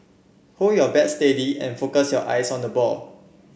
hold your bat steady and focus your eyes on the ball